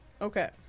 Okay